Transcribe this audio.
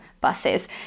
buses